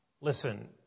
Listen